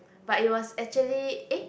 but it was actually eh